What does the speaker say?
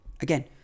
Again